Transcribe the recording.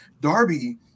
Darby